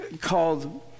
called